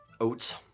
Oats